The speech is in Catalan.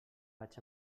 vaig